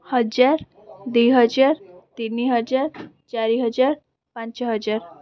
ହଜାର ଦୁଇ ହଜାର ତିନି ହଜାର ଚାରି ହଜାର ପାଞ୍ଚ ହଜାର